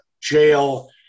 jail